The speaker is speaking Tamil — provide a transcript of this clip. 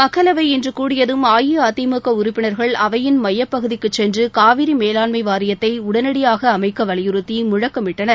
மக்களவை இன்று கூடியதும் அஇஅதிமுக உறுப்பினர்கள் அவையின் மைய பகுதிக்கு சென்று காவிரி மேலாண்மை வாரியத்தை உடனடியாக அமைக்க வலியுறுத்தி முழக்கமிட்டனர்